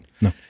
No